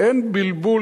אין בלבול.